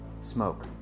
smoke